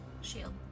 Shield